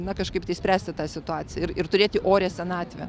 na kažkaip išspręsti tą situaciją ir turėti orią senatvę